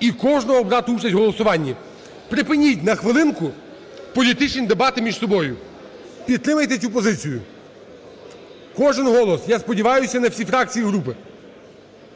і кожного брати участь в голосуванні. Припиніть на хвилинку політичні дебати між собою, підтримайте цю позицію. Кожен голос. Я сподіваюся на всі фракції і групи.